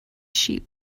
sheep